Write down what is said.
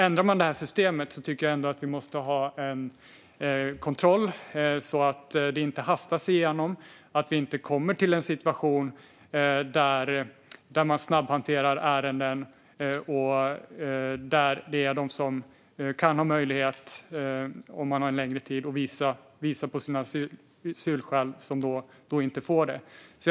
Ändrar man det här systemet tycker jag ändå att vi måste ha en kontroll så att det inte hastas igenom och vi får en situation där man snabbhanterar ärenden och där de sökande får ett avslag som de, om de haft längre tid på sig att visa på sina asylskäl, egentligen inte skulle få.